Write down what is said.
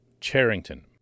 Charrington